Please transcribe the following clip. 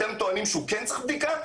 אתם טוענים שהוא כן צריך בדיקה?